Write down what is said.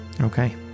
Okay